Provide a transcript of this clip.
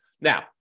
Now